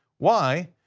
why?